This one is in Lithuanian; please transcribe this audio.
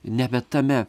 nebe tame